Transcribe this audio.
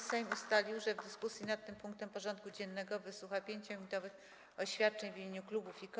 Sejm ustalił, że w dyskusji nad tym punktem porządku dziennego wysłucha 5-minutowych oświadczeń w imieniu klubów i koła.